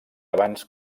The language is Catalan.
abans